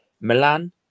milan